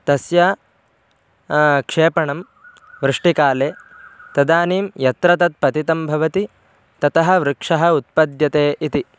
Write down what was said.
तस्य क्षेपणं वृष्टिकाले तदानीं यत्र तत् पतितं भवति ततः वृक्षः उत्पद्यते इति